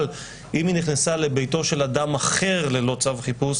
אבל אם היא נכנסה לביתו של אדם אחר ללא צו חיפוש